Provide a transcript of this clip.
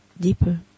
deeper